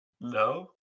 No